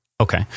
Okay